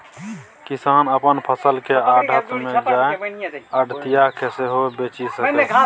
किसान अपन फसल केँ आढ़त मे जाए आढ़तिया केँ सेहो बेचि सकै छै